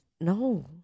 No